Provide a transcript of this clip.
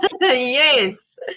Yes